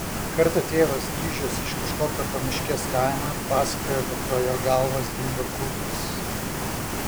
kartą tėvas grįžęs iš kažkokio pamiškės kaimo pasakojo kad pro jo galvą zvimbė kulkos